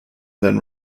then